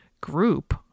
group